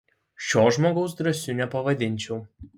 šio žmogaus drąsiu nepavadinčiau